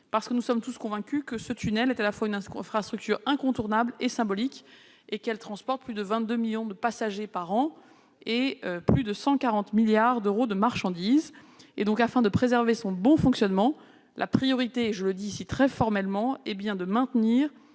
transition. Nous sommes tous convaincus, en effet, que ce tunnel est une infrastructure à la fois incontournable et symbolique ; elle voit passer plus de 22 millions de passagers par an et plus de 140 milliards d'euros de marchandises. Afin de préserver son bon fonctionnement, la priorité- je le dis ici très formellement -est bien de maintenir